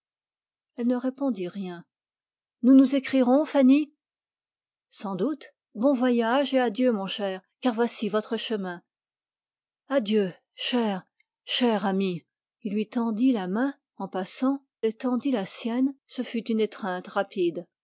elle ne répondit rien nous nous écrirons fanny sans doute bon voyage et adieu mon cher car voici votre chemin adieu chère chère amie il lui tendit la main en passant elle tendit la sienne ce fut une étreinte rapide